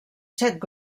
set